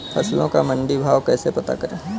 फसलों का मंडी भाव कैसे पता करें?